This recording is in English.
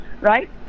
right